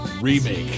Remake